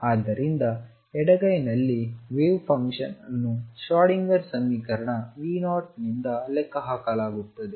ಆದ್ದರಿಂದ ಎಡಗೈಯಲ್ಲಿ wave function ಅನ್ನು ಶ್ರೋಡಿಂಗರ್ ಸಮೀಕರಣ V0 ನಿಂದ ಲೆಕ್ಕಹಾಕಲಾಗುತ್ತದೆ